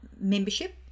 membership